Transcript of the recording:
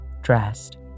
dressed